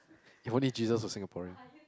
if only jesus's a Singaporean